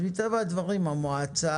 אז מטבע הדברים המועצה